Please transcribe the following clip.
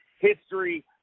history